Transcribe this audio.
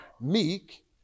meek